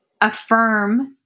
affirm